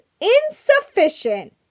insufficient